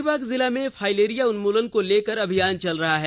हजारीबाग जिला में फाइलेरिया उन्मूलन को लेकर अभियान चल रहा है